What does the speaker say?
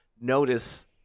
notice